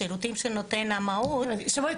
בשירותים שנותן המהו"ת --- זאת אומרת,